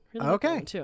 Okay